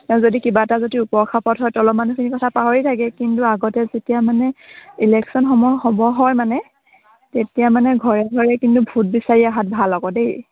যদি কিবা এটা যদি ওপৰ খাপত হয় তলৰ মানুহখিনি কথা পাহৰি থাকে কিন্তু আগতে যেতিয়া মানে ইলেকশ্যন সময় হ'ব হয় মানে তেতিয়া মানে ঘৰে ঘৰে কিন্তু ভোট বিচাৰি আহাত ভাল আকৌ দেই